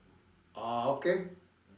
oh okay